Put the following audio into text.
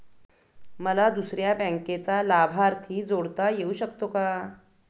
मला दुसऱ्या बँकेचा लाभार्थी जोडता येऊ शकतो का?